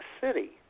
City